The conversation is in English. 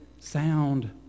sound